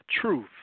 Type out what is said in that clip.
truth